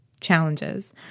challenges